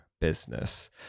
business